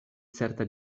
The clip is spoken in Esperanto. certa